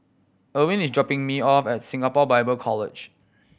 Irwin is dropping me off at Singapore Bible College